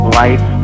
life